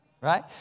Right